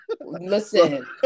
Listen